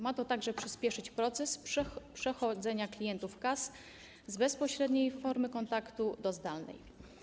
Ma to także przyspieszyć proces przechodzenia klientów KAS z bezpośredniej formy kontaktu do formy zdalnej.